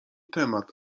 temat